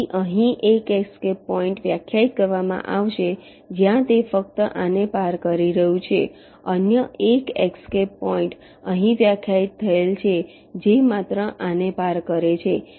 તેથી અહીં એક એસ્કેપ પોઈન્ટ વ્યાખ્યાયિત કરવામાં આવશે જ્યાં તે ફક્ત આને પાર કરી રહ્યું છે અન્ય એક એસ્કેપ પોઈન્ટ અહીં વ્યાખ્યાયિત થયેલ છે જે માત્ર આને પાર કરે છે